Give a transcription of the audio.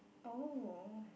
O